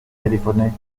téléphoné